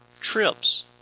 trips